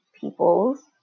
people's